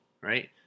right